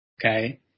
Okay